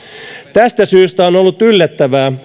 tästä syystä on ollut yllättävää